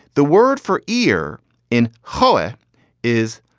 the word for ear in whole is.